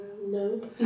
No